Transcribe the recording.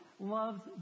loves